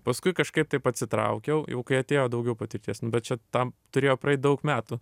paskui kažkaip taip atsitraukiau jau kai atėjo daugiau patirties nu bet čia tam turėjo praeit daug metų